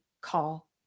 call